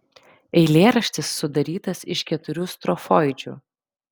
eilėraštis sudarytas iš keturių strofoidžių